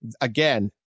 Again